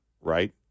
right